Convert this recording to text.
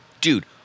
Dude